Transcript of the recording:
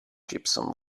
gypsum